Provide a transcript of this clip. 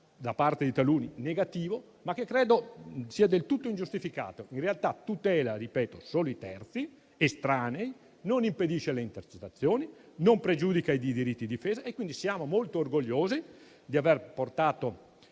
da parte di taluni negativo, ma che credo sia del tutto ingiustificato, in quanto in realtà tutela solo i terzi estranei, non impedisce le intercettazioni e non pregiudica i diritti di difesa, quindi siamo molto orgogliosi di aver presentato